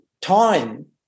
time